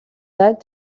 that